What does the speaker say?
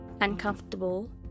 uncomfortable